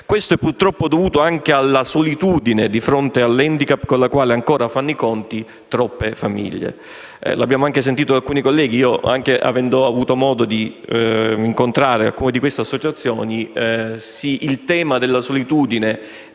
questo è purtroppo dovuto anche alla solitudine di fronte all'handicap con la quale ancora fanno i conti troppe famiglie. Come abbiamo sentito da alcuni colleghi (ho anche avuto modo di incontrare alcuni rappresentanti di queste associazioni), il tema della solitudine